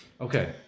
Okay